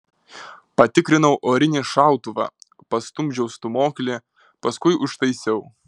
patikrinau orinį šautuvą pastumdžiau stūmoklį paskui užtaisiau